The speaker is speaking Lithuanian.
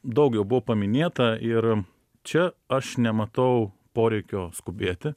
daug jau buvo paminėta ir čia aš nematau poreikio skubėti